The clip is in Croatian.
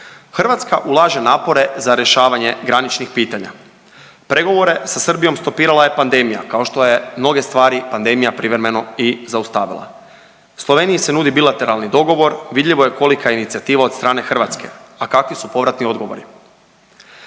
Hrvatska ulaže napore za rješavanje graničnih pitanja. Pregovore sa Srbijom stopirala je pandemija, kao što je mnoge stvari pandemija privremeno i zaustavila. Sloveniji se nudi bilateralni dogovor, vidljivo je kolika je inicijativa od strane Hrvatske, a kakvi su povratni odgovori.